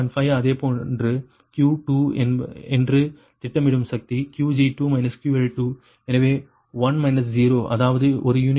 5 அதேபோன்று Q2 என்று திட்டமிடும் சக்தி Qg2 QL2 எனவே 1 0 அதாவது 1 யூனிட்